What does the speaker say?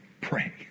pray